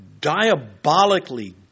diabolically